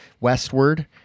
westward